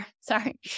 Sorry